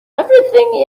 everything